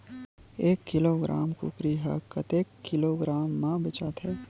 एक किलोग्राम कुकरी ह कतेक किलोग्राम म बेचाथे?